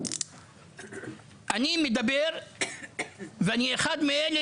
אני מדבר, ואני אחד מאלה